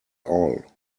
all